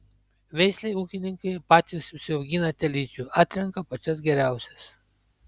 veislei ūkininkai patys užsiaugina telyčių atrenka pačias geriausias